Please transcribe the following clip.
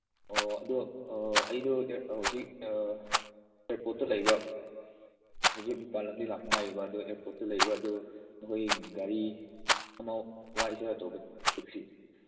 ꯑꯣ ꯑꯗꯨ ꯑꯥ ꯑꯩꯗꯣ ꯍꯧꯖꯤꯛ ꯏꯌꯥꯔꯄꯣꯔꯠꯇ ꯂꯩꯕ ꯍꯧꯖꯤꯛ ꯃꯄꯥꯜꯂꯝꯗꯒꯤ ꯂꯥꯛꯇ ꯉꯥꯏꯔꯤꯕ ꯑꯗꯨ ꯏꯥꯌꯔꯄꯣꯔꯠꯇ ꯂꯩꯕ ꯑꯗꯨ ꯅꯈꯣꯏ ꯒꯥꯔꯤ ꯑꯃ ꯋꯥꯏꯁꯤꯔꯥ ꯇꯧꯕ ꯇꯦꯛꯁꯤ